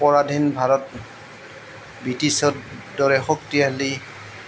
পৰাধীন ভাৰত ব্ৰিটিছৰ দৰে শক্তিশালী